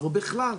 אבל בכלל,